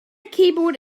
keyboard